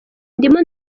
ndimo